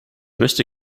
möchte